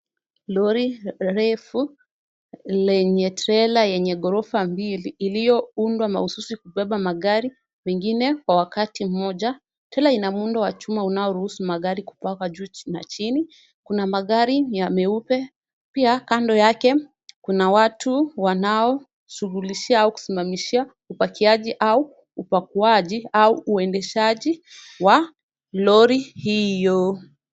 Lori refu lenye trela yenye ghorofa mbili iliyoundwa mahususi kubeba magari mengine kwa wakati mmoja. Trela ina muundo wa chuma unaoruhusu magari kutoka juu na chini. Kuna magari ya meupe. Pia kando yake kuna watu wanaoshugulikia au kusimamishia upakiaji au upakuaji au uendeshaji wa lori hiyo.